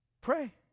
Pray